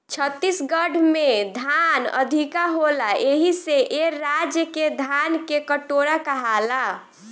छत्तीसगढ़ में धान अधिका होला एही से ए राज्य के धान के कटोरा कहाला